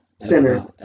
Center